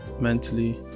mentally